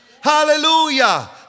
Hallelujah